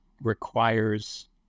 requires